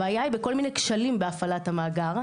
הבעיה היא בכל מיני כשלים בהפעלת המאגר,